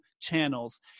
channels